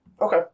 Okay